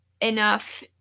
enough